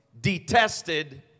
detested